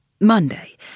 Monday